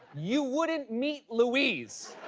you wouldn't meet louise!